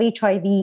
HIV